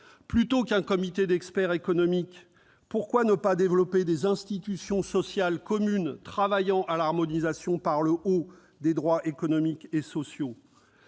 Plutôt qu'un comité d'experts économiques, pourquoi ne pas développer des institutions sociales communes travaillant à l'harmonisation par le haut des droits économiques et sociaux ?